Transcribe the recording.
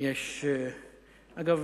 אגב,